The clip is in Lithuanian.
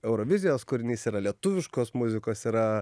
eurovizijos kūrinys yra lietuviškos muzikos yra